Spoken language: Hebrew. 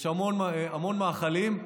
יש המון מאכלים,